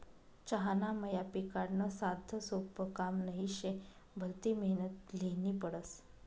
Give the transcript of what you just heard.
चहाना मया पिकाडनं साधंसोपं काम नही शे, भलती मेहनत ल्हेनी पडस